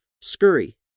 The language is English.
Scurry